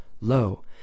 Lo